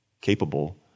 capable